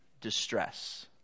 distress